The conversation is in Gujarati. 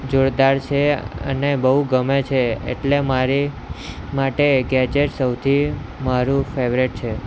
જોરદાર છે અને બહુ ગમે છે એટલે મારે માટે ગેજેટ્સ સૌથી મારું ફેવરેટ છે